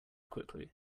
quickly